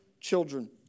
children